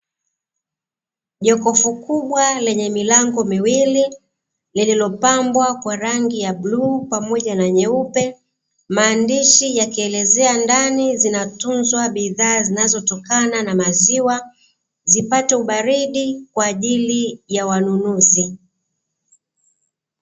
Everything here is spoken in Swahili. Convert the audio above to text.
Jokofu kubwa lenye milango miwili liliopambwa kwa rangi ya bluu pamoja na nyeupe, maandishi yakielezea ndani zinatunzwa bidhaa zinazotokana na maziwa, zipate ubaridi kwa ajili ya wanunuzi.